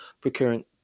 procuring